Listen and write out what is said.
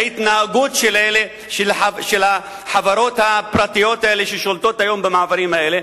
ההתנהגות של החברות הפרטיות האלה ששולטות היום במעברים האלה,